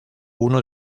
uno